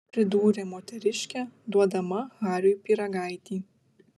pridūrė moteriškė duodama hariui pyragaitį